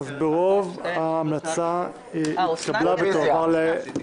אז ההמלצה התקבלה ברוב ותועבר למליאה.